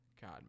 God